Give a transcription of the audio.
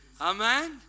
Amen